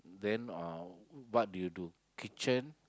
then uh what do you do kitchen